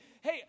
hey